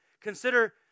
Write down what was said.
consider